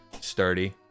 sturdy